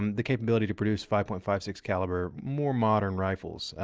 um the capability to produce five point five six caliber more modern rifles.